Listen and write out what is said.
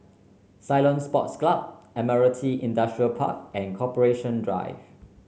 Ceylon Sports Club Admiralty Industrial Park and Corporation Drive